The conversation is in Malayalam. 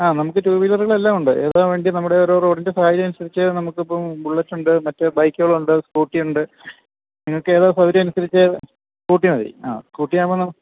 ആ നമുക്ക് ടു വീലർകളെല്ലാമുണ്ട് ഏതാ വണ്ടി നമ്മുടെ ഒരു റോഡിന്റെ സാഹചര്യം അനുസരിച്ച് നമുക്ക് അപ്പം ബുള്ളറ്റുണ്ട് മറ്റേ ബൈക്കുകളുണ്ട് സ്കൂട്ടിയുണ്ട് നിങ്ങൾക്ക് ഏതാണ് സൗകര്യം അനുസരിച്ച് സ്കൂട്ടി മതി ആ സ്കൂട്ട്യാകുമ്പോൾ ന